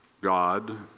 God